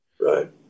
Right